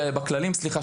בכללים סליחה,